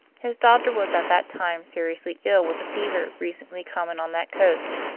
his daughter was at that time seriously ill with a fever recently common on that coast,